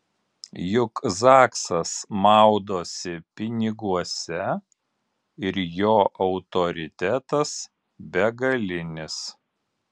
juk zaksas maudosi piniguose ir jo autoritetas begalinis